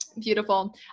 Beautiful